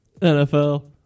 NFL